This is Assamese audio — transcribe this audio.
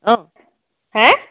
অঁ হে